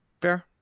Fair